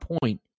point